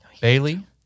Bailey